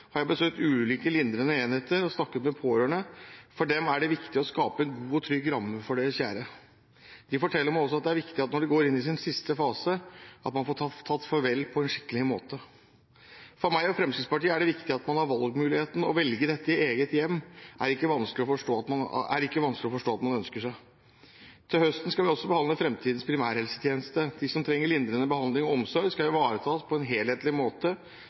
har jeg besøkt ulike lindrende enheter og snakket med pårørende. For dem er det viktig å skape en god og trygg ramme for deres kjære. De forteller meg også at det er viktig at de når de går inn i sin siste fase, får tatt farvel på en skikkelig måte. For meg og Fremskrittspartiet er det viktig at man har valgmuligheten. Det er ikke vanskelig å forstå at man ønsker å velge å være i eget hjem. Til høsten skal vi også behandle fremtidens primærhelsetjeneste. De som trenger lindrende behandling og omsorg, skal ivaretas på en helhetlig måte,